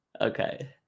Okay